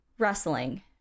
Rustling